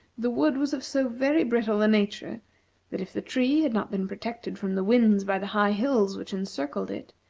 the wood was of so very brittle a nature that if the tree had not been protected from the winds by the high hills which encircled it,